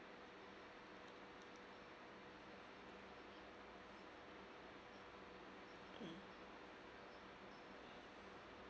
mm